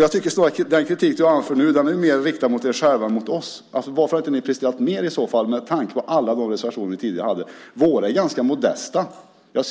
Jag tycker att den kritik som du nu anför är mer riktad mot er själva än mot oss. Varför har ni inte presterat mer, med tanke på alla de reservationer som ni tidigare hade? Våra är ganska modesta.